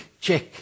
check